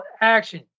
action